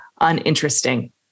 uninteresting